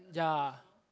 ya